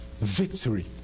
Victory